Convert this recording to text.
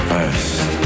First